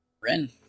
Ren